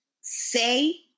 say